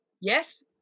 yes